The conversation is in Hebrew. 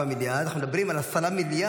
5.4 מיליארד -- אנחנו מדברים על 10 מיליארד